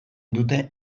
dute